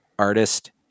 Artist